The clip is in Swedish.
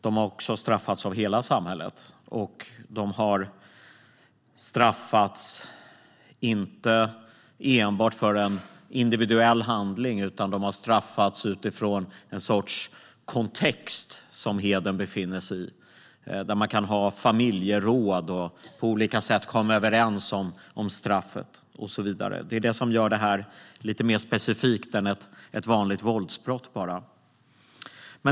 De har också straffats av hela samhället. De har straffats inte enbart för en individuell handling, utan de har straffats utifrån en sorts kontext som hedern befinner sig i. Man kan ha familjeråd och på olika sätt komma överens om straffet och så vidare. Det är det som gör det här mer specifikt än bara ett vanligt våldsbrott.